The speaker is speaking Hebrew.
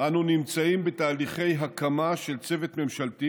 אנו נמצאים בתהליכי הקמה של צוות ממשלתי